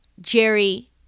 Jerry